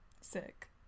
Sick